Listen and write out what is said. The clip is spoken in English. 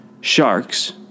Sharks